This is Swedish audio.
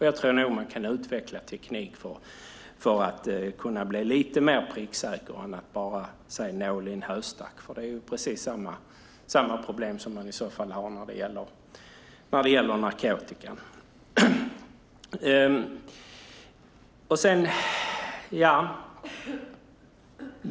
Jag tror nog att man kan utveckla teknik för att bli lite mer pricksäker än att bara se nålen i en höstack, för det är i så fall precis samma problem som man har när det gäller narkotikan.